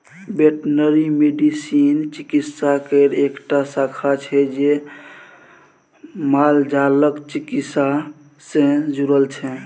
veterinary medicine चिकित्सा केर एकटा शाखा छै जे मालजालक चिकित्सा सँ जुरल छै